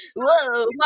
Whoa